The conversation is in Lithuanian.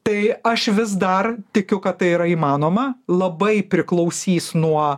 tai aš vis dar tikiu kad tai yra įmanoma labai priklausys nuo